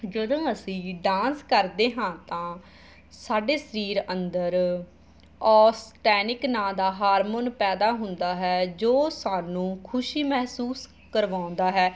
ਜਦੋ ਅਸੀਂ ਡਾਂਸ ਕਰਦੇ ਹਾਂ ਤਾਂ ਸਾਡੇ ਸਰੀਰ ਅੰਦਰ ਔਸਟੈਨਿਕ ਨਾਂ ਦਾ ਹਾਰਮੋਨ ਪੈਦਾ ਹੁੰਦਾ ਹੈ ਜੋ ਸਾਨੂੰ ਖੁਸ਼ੀ ਮਹਿਸੂਸ ਕਰਵਾਉਂਦਾ ਹੈ